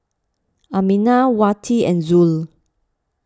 Aminah Wati and Zul